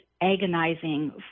agonizing